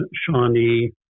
Shawnee